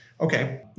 okay